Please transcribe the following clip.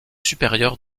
supérieures